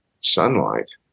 sunlight